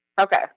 Okay